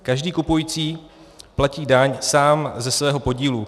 Každý kupující platí daň sám ze svého podílu.